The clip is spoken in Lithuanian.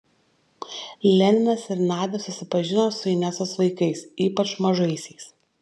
leninas ir nadia susipažino su inesos vaikais ypač mažaisiais